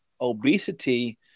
obesity